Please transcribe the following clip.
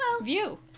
view